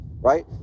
right